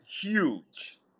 huge